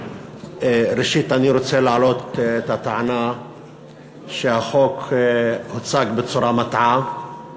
ראשית אני רוצה להעלות את הטענה שהחוק הוצג בצורה מטעה